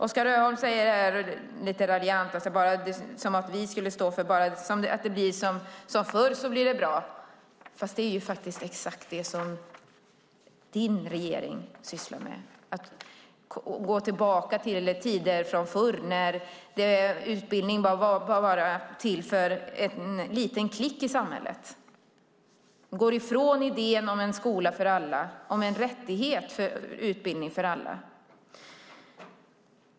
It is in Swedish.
Oskar Öholm säger här lite raljant att vi skulle stå för: Att om det bara blir som förr så blir det bra. Det är exakt det som din regering sysslar med. Det är att gå tillbaka till hur det var förr när utbildning bara var till för en liten klick i samhället. Ni går ifrån idén om en skola för alla och en rättighet till utbildning för alla.